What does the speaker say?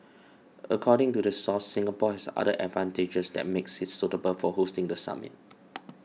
according to the source Singapore has other advantages that makes it suitable for hosting the summit